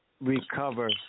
recover